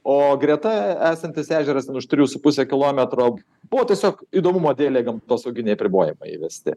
o greta esantis ežeras ten už trijų su puse kilometro buvo tiesiog įdomumo dėlei gamtosauginiai apribojimai įvesti